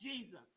Jesus